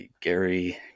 Gary